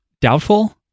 doubtful